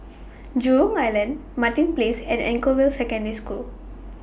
Jurong Island Martin Place and Anchorvale Secondary School